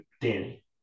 Danny